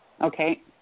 Okay